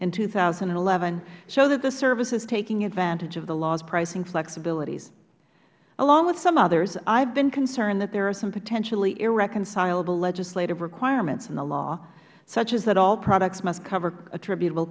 in two thousand and eleven show that the service is taking advantage of the law's pricing flexibilities along with some others i have been concerned that there are some potentially irreconcilable legislative requirements in the law such as that all products must cover attributable